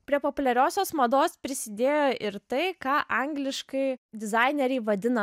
prie populiariosios mados prisidėjo ir tai ką angliškai dizaineriai vadina